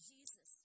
Jesus